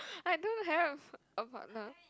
I don't have a partner